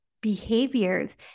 behaviors